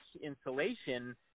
insulation